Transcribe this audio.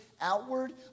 outward